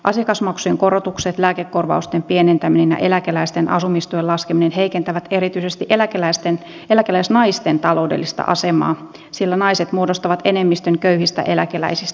asiakasmaksujen korotukset lääkekorvausten pienentäminen ja eläkeläisten asumistuen laskeminen heikentävät erityisesti eläkeläisnaisten taloudellista asemaa sillä naiset muodostavat enemmistön köyhistä eläkeläisistä